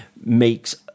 makes